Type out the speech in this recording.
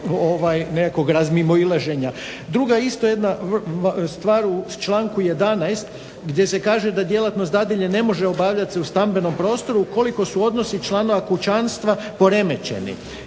nekakvog razmimoilaženja. Druga isto jedna stvar u članku 11. gdje se kaže da djelatnost dadilje ne može obavljati se u stambenom prostoru ukoliko su odnosi članova kućanstva poremećeni.